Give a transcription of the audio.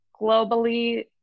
Globally